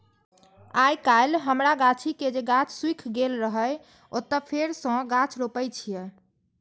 आइकाल्हि हमरा गाछी के जे गाछ सूखि गेल रहै, ओतय फेर सं गाछ रोपै छियै